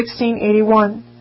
1681